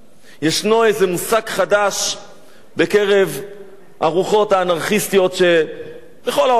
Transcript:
ישנו איזה מושג חדש בקרב הרוחות האנרכיסטיות שבכל העולם כולו,